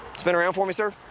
spin around for me, sir.